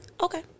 Okay